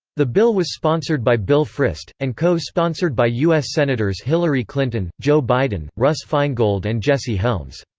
the bill was sponsored by bill frist, and co-sponsored by us senators hillary clinton, joe biden, russ feingold and jesse helms.